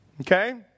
Okay